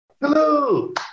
hello